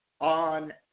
on